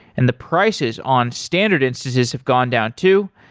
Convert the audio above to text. and the prices on standard instances have gone down too.